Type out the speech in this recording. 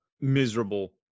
miserable